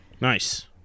Nice